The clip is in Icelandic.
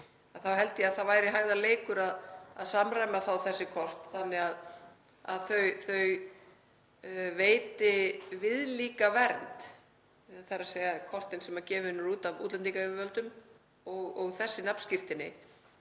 þá held ég að það væri hægðarleikur að samræma þessi kort þannig að þau veiti viðlíka vernd, þ.e. kortin sem gefin er út af útlendingayfirvöldum og þessi nafnskírteini,